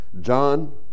John